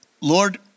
Lord